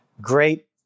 Great